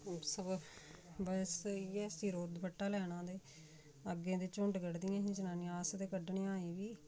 बस इ'यै सिरो'र दपट्टा लैना ते अग्गें ते झुंड कड्ढदियां हियां जनानियां अस ते कड्ढनियां अजें बी